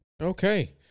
Okay